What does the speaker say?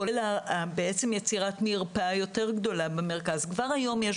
כולל יצירת מרפאה יותר גדולה במרכז כבר היום יש